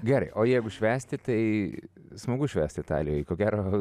gerai o jeigu švęsti tai smagu švęsti italijoj ko gero